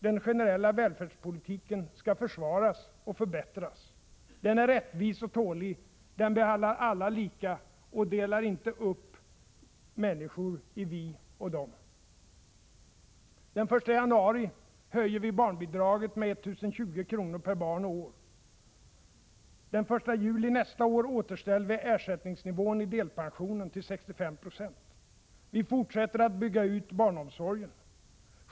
Den generella välfärdspolitiken skall försvaras och förbättras. Den är rättvis och tålig. Den behandlar alla lika och delar inte upp människor i ”vi” och ”dem”. Den 1 januari höjer vi barnbidraget med 1 020 kr. per barn och år. Den 1 juli nästa år återställer vi ersättningsnivån i delpensionen till 65 90. Vi fortsätter att bygga ut barnomsorgen.